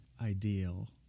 ideal